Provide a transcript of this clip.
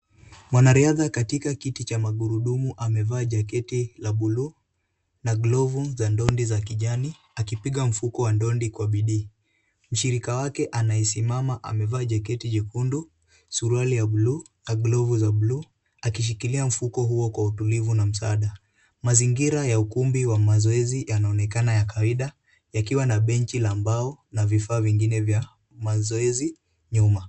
Mwanariadha katika kiti cha magurudumu amevaa jaketi la buluu na glovu za ndondi za kijani akipiga mfuko wa ndondi kwa bidii. Mshirika wake anayesimama amevaa jaketi jekundu, suruali ya buluu na glovu za buluu, akishikilia mfuko huo kwa utulivu na msaada. Mazingira ya ukumbi wa mazoezi yanaonekana ya kawaida yakiwa na benchi la mbao na vifaa vingine vya mazoezi nyuma.